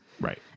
Right